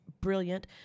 brilliant